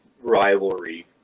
rivalry